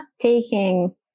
taking